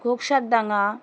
ঘোকসার ডাঙ্গা